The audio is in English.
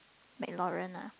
McLaren lah